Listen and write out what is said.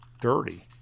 dirty